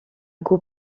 coup